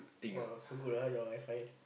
!wah! so good ah your alpha